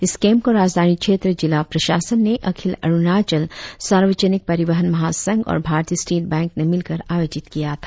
इस केंप को राजधानी क्षेत्र जिला प्रशासन ने अखिल अरुणाचल सार्वजनिक परिवहन महासंघ और भारतीय स्टेट बैंक ने मिलकर आयोजित किया था